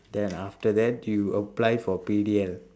then after that you apply for P_D_L